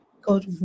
God